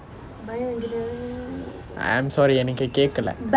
I am sorry எனக்கு கேட்கலை:enakku kaetkalai